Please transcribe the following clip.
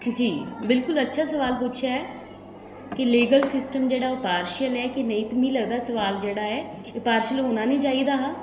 जी बिलकुल अच्छा सोआल पुच्छेआ ऐ कि लीगल सिस्टम जेह्ड़ा ऐ ओह् पार्शिअल ऐ कि नेईं ते मी लगदा कि सोआल जेह्ड़ा ऐ एह् पार्शिअल होना निं चाहिदा हा